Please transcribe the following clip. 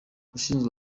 ushinzwe